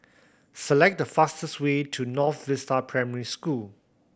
select the fastest way to North Vista Primary School